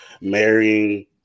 marrying